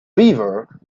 beaver